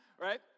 right